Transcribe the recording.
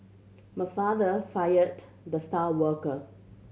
my father fired the star worker